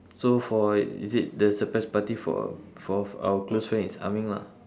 so for is it the surprise party for our for our close friend is ah ming lah